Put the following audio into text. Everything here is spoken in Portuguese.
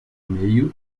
meio